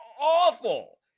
awful